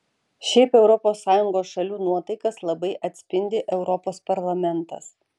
šiaip europos sąjungos šalių nuotaikas labai atspindi europos parlamentas